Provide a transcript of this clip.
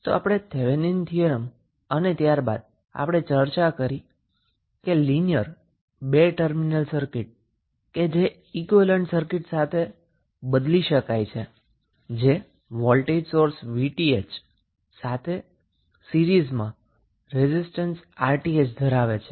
તો આપણે થેવેનિન થીયરમની ચર્ચા કરી હતી અને ત્યારબાદ આપણે ચર્ચા કરી કે લિનિયર ટુ ટર્મિનલ સર્કિટ ને ઈક્વીવેલેન્ટ સર્કિટ સાથે બદલી શકાય છે જે વોલ્ટેજ સોર્સ 𝑉𝑇ℎ સાથે સીરીઝ માં રેઝિસ્ટન્સ 𝑅𝑇ℎ ધરાવે છે